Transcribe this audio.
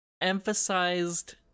emphasized